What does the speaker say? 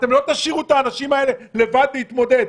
אתם לא תשאירו את האנשים להתמודד לבד,